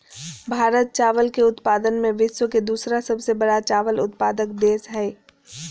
भारत चावल के उत्पादन में विश्व के दूसरा सबसे बड़ा चावल उत्पादक देश हइ